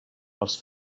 els